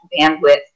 bandwidth